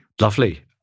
Lovely